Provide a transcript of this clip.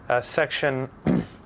section